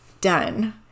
done